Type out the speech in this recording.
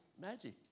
magic